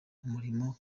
umurimo